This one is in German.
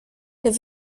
der